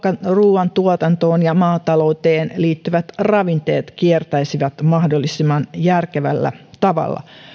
ruuantuotantoon ja maata louteen liittyvät ravinteet kiertäisivät mahdollisimman järkevällä tavalla